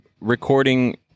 recording